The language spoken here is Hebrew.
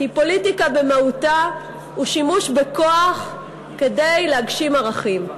כי פוליטיקה במהותה היא שימוש בכוח כדי להגשים ערכים.